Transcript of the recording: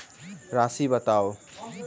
राशि बताउ